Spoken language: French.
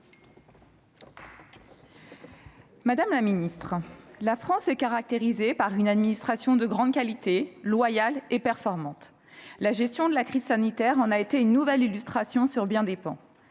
Madame la ministre, la France est caractérisée par une administration de grande qualité, loyale et performante. La gestion de la crise sanitaire en a été une nouvelle illustration sur bien des plans.